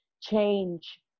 change